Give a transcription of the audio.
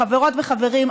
חברות וחברים,